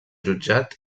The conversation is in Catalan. jutjat